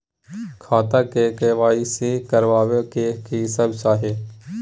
खाता के के.वाई.सी करबै में की सब चाही?